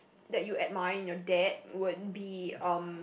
that you admire in your dad would be um